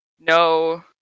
no